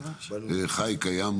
קיים,